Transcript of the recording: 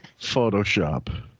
Photoshop